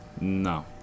No